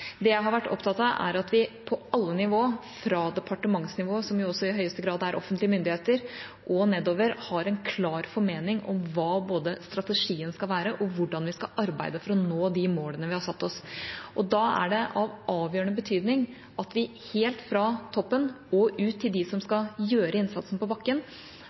Det jeg har vært opptatt av, er at vi på alle nivå – fra departementsnivå, som i aller høyeste rad er offentlige myndigheter, og nedover – har en klar formening om hva strategien skal være, og hvordan vi skal arbeide for å nå de målene vi har satt oss. Da er det av avgjørende betydning at vi helt fra toppen og ut til dem som skal gjøre innsatsen på bakken,